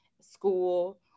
school